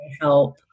help